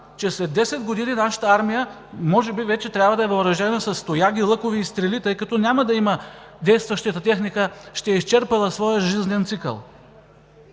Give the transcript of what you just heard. че след десет години нашата армия може би вече трябва да е въоръжена с тояги, лъкове и стрели, тъй като действащата техника ще е изчерпала своя жизнен цикъл.